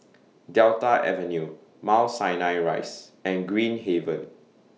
Delta Avenue Mount Sinai Rise and Green Haven